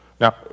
Now